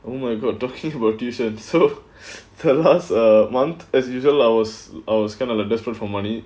oh my god I'm talking about tuition so can last a month as usual I was I was kind of a desperate for money